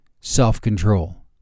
self-control